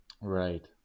Right